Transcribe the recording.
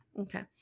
Okay